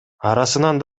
арасынан